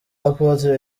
apôtre